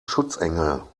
schutzengel